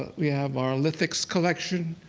we have our lithics collection.